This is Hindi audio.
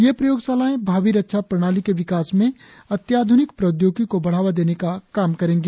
ये प्रयोगशालाएं भावी रक्षा प्रणाली के विकास में अत्याधुनिक प्रौद्योगिकी को बढ़ावा देने का काम करेंगी